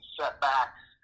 setbacks